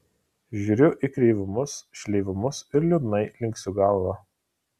žiūriu į kreivumus šleivumus ir liūdnai linksiu galvą